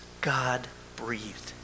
God-breathed